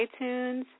iTunes